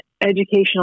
educational